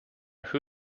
who